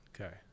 okay